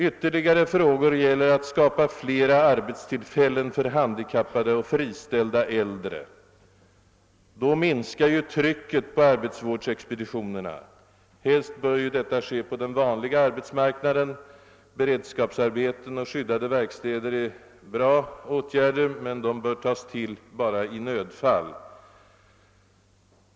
Ytterligare frågor gäller möjligheterna att skapa flera tillfällen för handikappade och friställda äldre. Därigenom kunde ju trycket på arbetsvårdsexpeditionerna minska. Helst bör detta ske på den vanliga arbetsmarknaden. Beredskapsarbeten och skyddade verkstäder är bra åtgärder, men de bör dock tas till bara i nödfall.